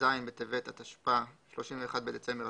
ט"ז בטבת התשפ"א (31 בדצמבר 2020)